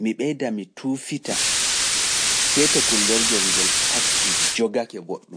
mi tuufita, seeto kullorgel ngel takki jogake woɗɗum.